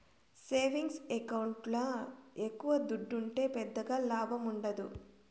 savings ఎకౌంట్ల ఎక్కవ దుడ్డుంటే పెద్దగా లాభముండదు